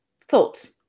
thoughts